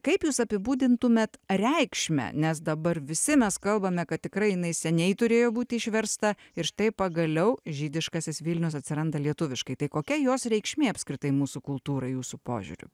kaip jūs apibūdintumėt reikšmę nes dabar visi mes kalbame kad tikrai jinai seniai turėjo būti išversta ir štai pagaliau žydiškasis vilnius atsiranda lietuviškai tai kokia jos reikšmė apskritai mūsų kultūrai jūsų požiūriu